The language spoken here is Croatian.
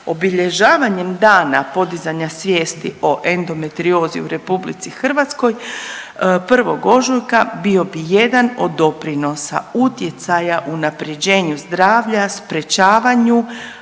Obilježavanjem Dana podizanja svijesti o endometriozi u RH 1. ožujka bio je jedan od doprinosa utjecaja unapređenju zdravlja, sprječavanju,